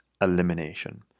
elimination